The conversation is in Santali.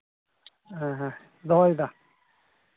ᱦᱮᱸ ᱦᱮᱸ ᱫᱚᱦᱚᱭᱫᱟ